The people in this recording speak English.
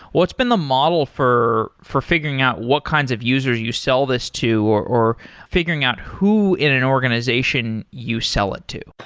what's been the model for for figuring out what kinds of users you sell this to, or or figuring out who in an organization you sell it to?